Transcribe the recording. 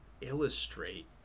illustrate